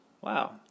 Wow